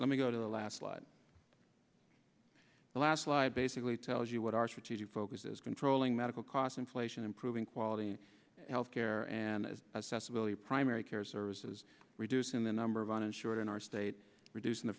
let me go to the last line the last slide basically tells you what our strategic focus is controlling medical cost inflation improving quality health care and assessable the primary care services reducing the number of uninsured in our state reducing the